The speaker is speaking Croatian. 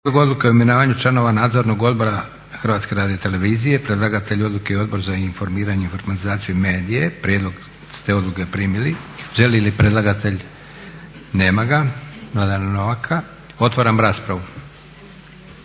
Prijedlog odluke o imenovanju članova Nadzornog odbora HRT-a. Predlagatelj odluke je Odbor za informiranje, informatizaciju i medije. Prijedlog ste odluke primili. Želi li predlagatelj? Nema ga. Mladena Novaka. Otvaram raspravu.